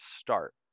start